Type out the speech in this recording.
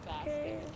Okay